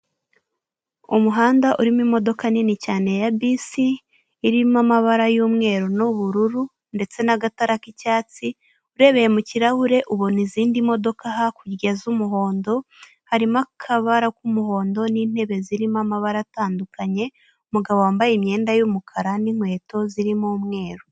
Umuhanda urimo imodoka nini cyane ya bisi irimo amabara y'umweru n'ubururu ndetse na'agatara k'icyatsi urebeye mu kirahure ubona izindi modoka hakurya z'umuhondo harimo akabara k'umuhondo n'intebe zirimo amabara atandukanye umugabo wambaye imyenda y'umukara ninkweto zirimo umweru.